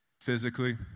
physically